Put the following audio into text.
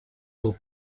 был